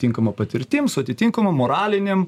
tinkama patirtim su atitinkamom moralinėm